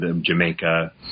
Jamaica